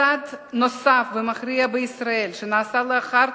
צעד נוסף ומכריע בישראל, שנעשה לאחר